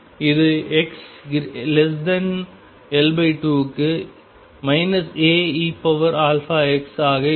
இது xL2 க்கு A eαx ஆக இருக்கும்